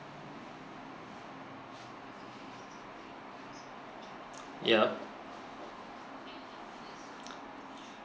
yeap